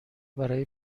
برای